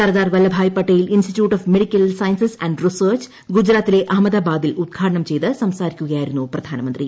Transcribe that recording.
Sardar Vallabhbhai Patel institute of medical sciences and research ഗുജറാത്തിലെ അഹമ്മദാബാദിൽ ഉദ്ഘാടനം ചെയ്ത് സംസാരിക്കുകയായിരുന്നു പ്രധാനമന്ത്രി